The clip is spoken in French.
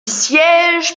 siège